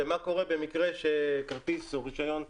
ומה קורה במקרה שכרטיס או רישיון אבד.